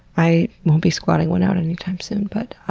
i won't be squatting one out anytime soon, but